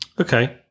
Okay